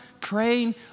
praying